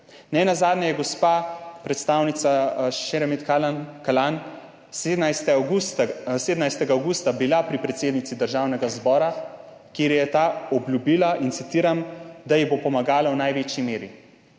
Nenazadnje je bila gospa predstavnica Šeremet Kalanj 17. avgusta pri predsednici Državnega zbora, kjer je ta obljubila, citiram, da ji bo pomagala v največji meri.